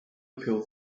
appeal